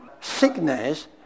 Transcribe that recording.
Sickness